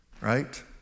right